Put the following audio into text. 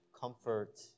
comfort